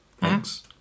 Thanks